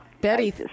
Betty